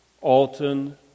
Alton